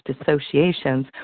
associations